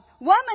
Woman